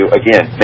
again